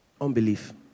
Unbelief